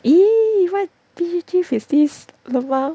!ee! what is this LMAO